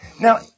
Now